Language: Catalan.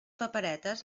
paperetes